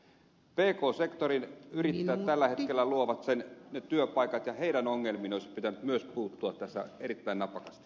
pk sektorin yrittäjät tällä hetkellä luovat ne työpaikat ja heidän ongelmiin olisi pitänyt myös puuttua tässä erittäin napakasti